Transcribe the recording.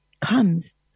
comes